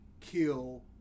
kill